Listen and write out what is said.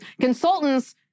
consultants